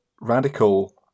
radical